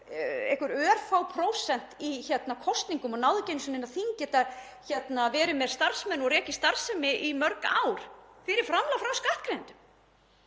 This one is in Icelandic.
einhver örfá prósent í kosningum og náðu ekki einu sinni inn á þing geta verið með starfsmenn og rekið starfsemi í mörg ár fyrir framlög frá skattgreiðendum.